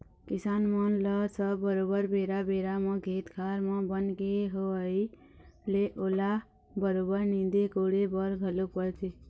किसान मन ल सब बरोबर बेरा बेरा म खेत खार म बन के होवई ले ओला बरोबर नींदे कोड़े बर घलोक परथे